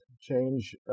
Change